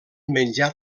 menjar